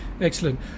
Excellent